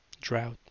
Drought